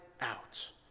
out